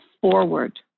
forward